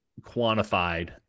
quantified